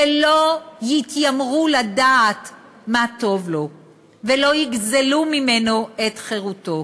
ולא יתיימרו לדעת מה טוב לו ולא יגזלו ממנו את חירותו.